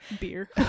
beer